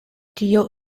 tio